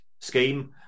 scheme